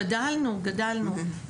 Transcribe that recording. גדלנו גדלנו,